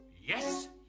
yes